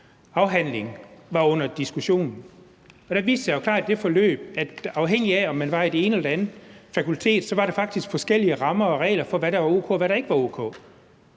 afhandling var under diskussion. Og der viste det sig jo klart i det forløb, at afhængigt af om man var i det ene eller det andet fakultet, var der faktisk forskellige rammer og regler for, hvad der var o.k., og hvad der ikke var o.k.